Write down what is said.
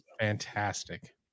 Fantastic